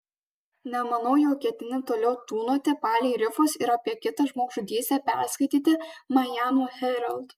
nemanau jog ketini toliau tūnoti palei rifus ir apie kitą žmogžudystę perskaityti majamio herald